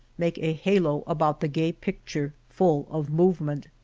make a halo about the gay picture full of movement.